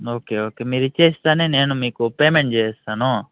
okay okay మీరిచ్చేస్తానే నేను మీకు పేమెంట్ చేసేస్తాను